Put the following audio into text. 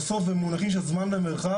בסוף במונחים של זמן ומרחב,